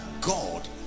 God